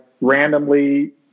randomly